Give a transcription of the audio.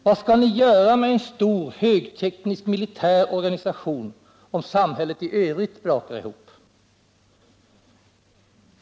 Vad skall ni göra med en stor högteknisk militär organisation, om samhället i övrigt brakar ihop?